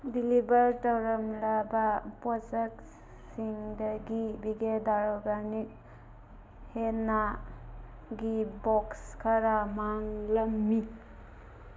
deliver ꯇꯧꯔꯝꯂꯕ ꯄꯣꯠꯁꯛꯁꯤꯡꯗꯒꯤ ꯕꯤꯒꯦꯗꯥꯔ ꯑꯣꯔꯒꯥꯅꯤꯛ ꯍꯦꯟꯅꯥ ꯒꯤ ꯕꯣꯛꯁ ꯈꯔꯥ ꯃꯥꯡꯂꯝꯃꯤ